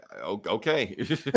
okay